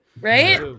Right